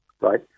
right